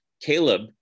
Caleb